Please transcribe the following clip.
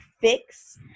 fix